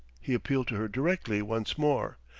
he appealed to her directly, once more.